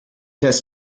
has